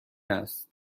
است